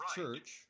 church